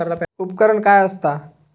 उपकरण काय असता?